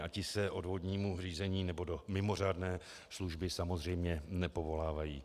A ti se k odvodnímu řízení nebo do mimořádné služby samozřejmě nepovolávají.